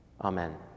Amen